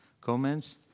comments